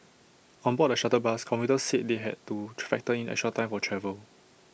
on board the shuttle bus commuters said they had to factor in extra time for travel